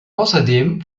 außerdem